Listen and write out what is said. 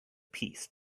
peace